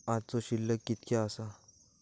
आजचो शिल्लक कीतक्या आसा?